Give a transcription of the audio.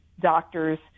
doctors